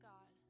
God